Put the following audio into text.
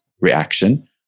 reaction